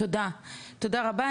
תודה, תודה רבה.